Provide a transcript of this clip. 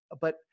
But-